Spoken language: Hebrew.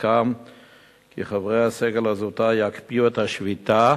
הוסכם כי חברי הסגל הזוטר יקפיאו את השביתה